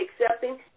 accepting